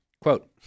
Quote